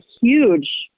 huge